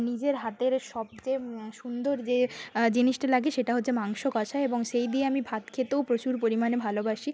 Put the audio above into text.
নিজের হাতের সবচেয়ে সুন্দর যে জিনিসটা লাগে সেটা হচ্ছে মাংস কষা এবং সেই দিয়ে আমি ভাত খেতেও প্রচুর পরিমাণে ভালোবাসি